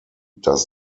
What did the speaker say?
does